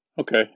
okay